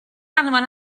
anfon